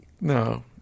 No